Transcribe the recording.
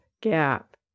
gap